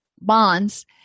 bonds